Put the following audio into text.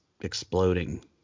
exploding